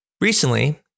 Recently